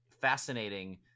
fascinating